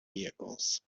vehicles